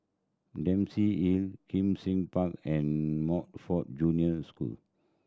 Dempsey Hill Kim Seng Park and Montfort Junior School